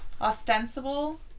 Ostensible